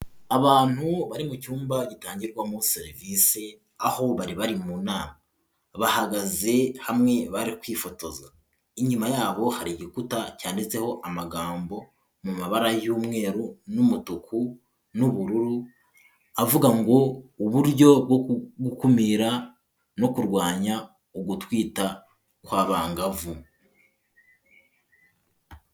Abantu bari mu cyumba gitangirwamo serivisi aho bari bari mu nama. Bahagaze hamwe barikwifotoza. Inyuma yabo hari igikuta cyanditseho amagambo mu mabara y'umweru n'umutuku, n'ubururu avuga ngo uburyo bwo gukumira no kurwanya ugutwita kw'abangavu.